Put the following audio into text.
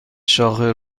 شاخه